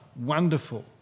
wonderful